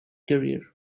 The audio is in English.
career